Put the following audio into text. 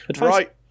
right